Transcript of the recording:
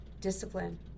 discipline